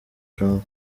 trump